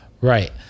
Right